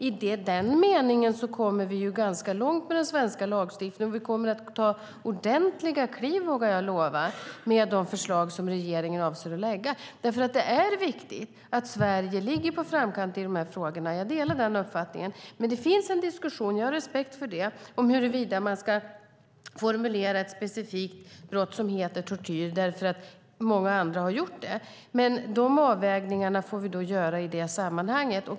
I den meningen kommer vi ganska långt med den svenska lagstiftningen. Vi kommer att ta ordentliga kliv, vågar jag lova, med det förslag som regeringen avser att lägga fram. Det är viktigt att Sverige ligger i framkant i de här frågorna; jag delar den uppfattningen. Det finns en diskussion, och jag har respekt för det, huruvida vi ska formulera ett specifikt brott som heter tortyr därför att många andra har gjort det, men de avvägningarna får vi göra i det sammanhanget.